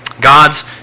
God's